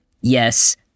yes